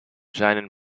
seinen